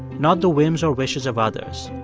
not the whims or wishes of others